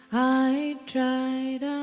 i tried.